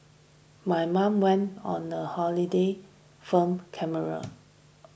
my mom went on a holiday film camera